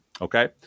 okay